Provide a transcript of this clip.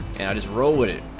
his role in its